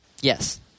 Yes